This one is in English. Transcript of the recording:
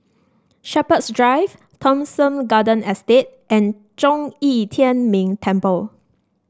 Shepherds Drive Thomson Garden Estate and Zhong Yi Tian Ming Temple